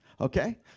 Okay